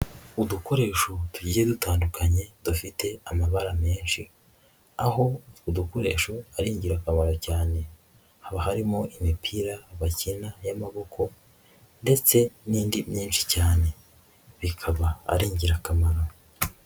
Udukoresho tugiye dutandukanye dufite amabara menshi, aho utwo dukoresho ari ingirakamaro cyane haba harimo imipira bakina y'amaboko ndetse n'indi myinshi cyane bikaba ari ingirakamaro.